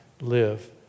live